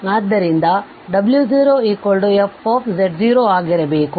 ಆದ್ದರಿಂದ w0 f ಆಗಿರಬೇಕು